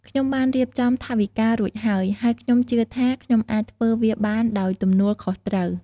ខ្ញុំបានរៀបចំថវិការួចហើយ ហើយខ្ញុំជឿថាខ្ញុំអាចធ្វើវាបានដោយទំនួលខុសត្រូវ។